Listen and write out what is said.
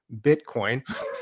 Bitcoin